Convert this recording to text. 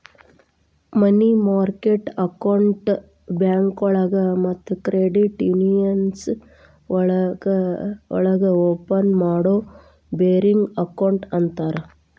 ಮನಿ market ಅಕೌಂಟ್ನ ಬ್ಯಾಂಕೋಳಗ ಮತ್ತ ಕ್ರೆಡಿಟ್ ಯೂನಿಯನ್ಸ್ ಒಳಗ ಓಪನ್ ಮಾಡೋ ಬೇರಿಂಗ್ ಅಕೌಂಟ್ ಅಂತರ